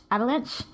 Avalanche